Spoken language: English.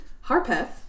Harpeth